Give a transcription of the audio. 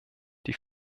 die